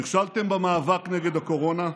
נכשלתם במאבק נגד הקורונה,